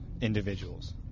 individuals